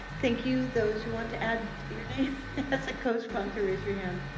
thank you, those who want to add your names as a cosponsor, raise your hand.